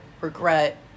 regret